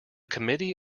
committee